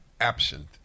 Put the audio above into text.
absent